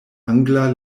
angla